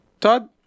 Todd